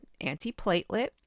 antiplatelet